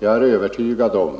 Jag är övertygad om